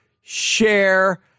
share